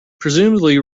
presumably